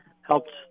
helped